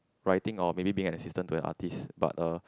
writing or maybe being an assistant to an artist but uh